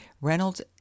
Reynolds